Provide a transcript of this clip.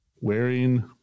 wearing